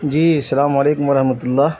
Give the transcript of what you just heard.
جی السلام علیکم و رحمت اللہ